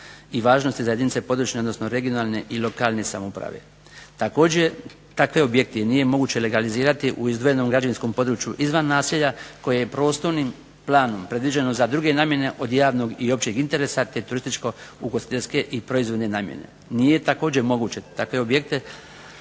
Hrvatsku i jedinice lokalne, područne ili regionalne samouprave. Također takve objekte nije moguće legalizirati u izdvojenom građevinskom području izvan naselja koje je prostornim planom predviđenim za druge namjene od javnog i općeg interesa te turističko i ugostiteljske i proizvodne namjene. Nije također moguće takve objekte